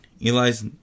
Eli's